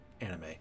anime